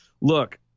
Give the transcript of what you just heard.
Look